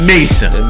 Mason